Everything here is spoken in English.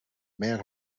man